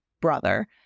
brother